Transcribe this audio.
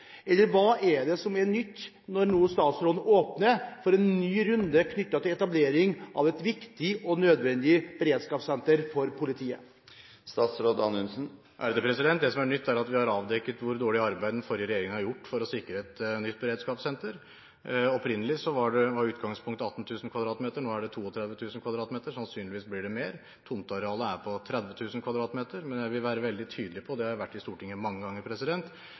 Hva er det som er nytt når nå statsråden åpner for en ny runde knyttet til etablering av et viktig og nødvendig beredskapssenter for politiet? Det som er nytt, er at vi har avdekket hvor dårlig arbeid den forrige regjeringen har gjort for å sikre et nytt beredskapssenter. Opprinnelig var utgangspunktet 18 000 m2, nå er det 32 000 m2. Sannsynligvis blir det mer. Tomtearealet er på 30 000 m2. Men jeg vil være veldig tydelig på – det har jeg vært i Stortinget mange ganger